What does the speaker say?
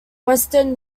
western